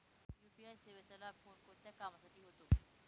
UPI सेवेचा लाभ कोणकोणत्या कामासाठी होतो?